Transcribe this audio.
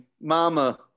mama